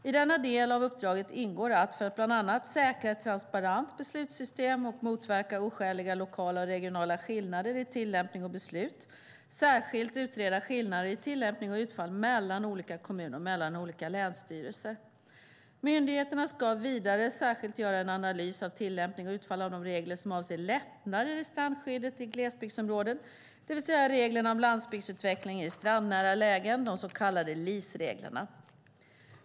I denna del av uppdraget ingår att, för att bland annat säkra ett transparent beslutsystem och motverka oskäliga lokala och regionala skillnader i tillämpning och beslut, särskilt utreda skillnader i tillämpning och utfall mellan olika kommuner och mellan olika länsstyrelser. Myndigheterna ska vidare särskilt göra en analys av tillämpning och utfall av de regler som avser lättnader i strandskyddet i glesbygdsområden, det vill säga reglerna om landsbygdsutveckling i strandnära lägen - de så kallade LIS-reglerna.